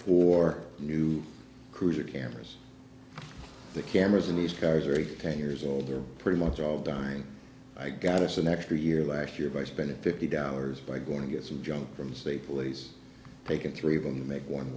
for new cruiser cameras the cameras in these cars are ten years old they're pretty much all dime i got us an extra year last year by spending fifty dollars by going to get some junk from state police take it three of them make one